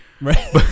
right